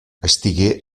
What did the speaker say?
estigué